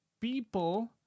people